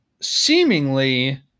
seemingly